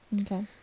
Okay